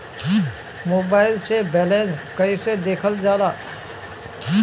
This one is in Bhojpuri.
मोबाइल से बैलेंस कइसे देखल जाला?